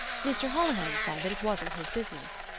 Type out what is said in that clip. mr. holohan said that it wasn't his business.